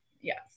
yes